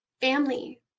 family